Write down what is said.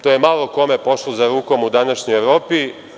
To je malo kome pošlo za rukom u današnjoj Evropi.